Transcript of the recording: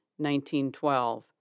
1912